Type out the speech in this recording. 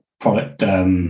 product